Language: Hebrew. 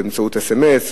באמצעות אס.אם.אס,